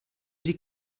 sie